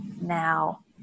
now